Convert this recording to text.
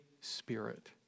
Spirit